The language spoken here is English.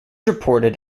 reported